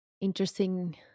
interesting